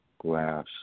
glass